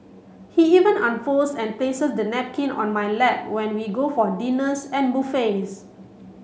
he even unfolds and places the napkin on my lap when we go for dinners and buffets